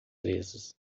vezes